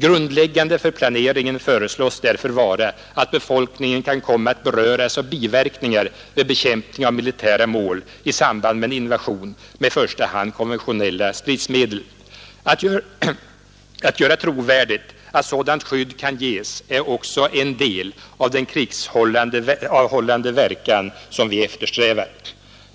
Grundläggande för planeringen föreslås därför vara att befolkningen kan komma att beröras av biverkningar vid bekämpning av militära mål i samband med en invasion med i första hand konventionella stridsmedel. Att göra trovärdigt att sådant skydd kan ges är också en del av den krigsavhållande verkan som vi eftersträvar.